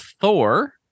Thor